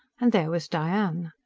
and there was diane.